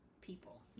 people